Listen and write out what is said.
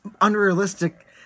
unrealistic